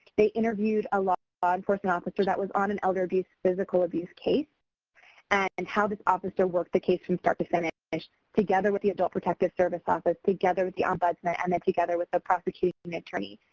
they interviewed a law ah enforcement officer that was on an elder abuse physical abuse case and how this officer worked the case from start to finish finish together with the adult protective service office, together with the ombudsman and then together with the prosecuting attorney.